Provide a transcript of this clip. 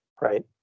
right